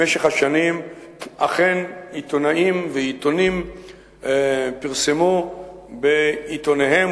במשך השנים אכן עיתונאים ועיתונים פרסמו בעיתוניהם